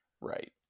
Right